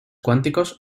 cuánticos